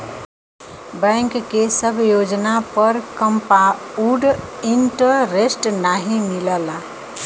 bank के सब योजना पर कंपाउड इन्टरेस्ट नाहीं मिलला